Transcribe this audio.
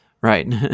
right